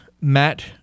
Matt